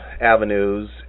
avenues